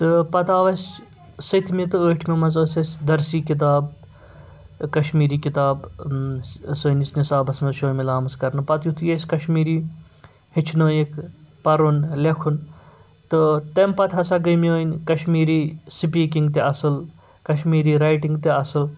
تہٕ پَتہٕ آو اَسہِ سٔتمہِ تہٕ ٲٹھمہِ منٛز ٲسۍ اسہِ درسییٖ کِتاب کشمیٖری کِتاب سٲنِس نِسابَس منٛز شٲمِل آمٕژ کَرنہٕ پَتہٕ یُتھُے اَسہِ کشمیٖری ہیٚچھنٲیِکھ پَرُن لیٚکھُن تہٕ تمہِ پَتہٕ ہسا گٔے میٲنۍ کشمیٖری سپیٖکِنٛگ تہِ اَصٕل کشمیٖری رایٹِنٛگ تہِ اَصٕل